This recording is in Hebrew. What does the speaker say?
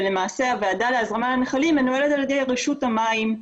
ולמעשה הועדה להזרמה לנחלים מנוהלת על ידי רשות המים.